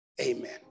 Amen